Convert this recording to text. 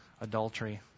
adultery